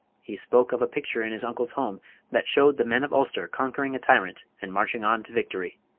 he spoke of a picture in his uncle's home that showed the men of ulster conquering a tyrant and marching on to victory.